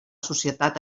societat